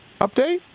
update